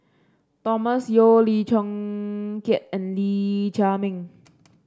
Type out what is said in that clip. Thomas Yeo Lim Chong Keat and Lee Chiaw Meng